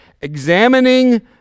examining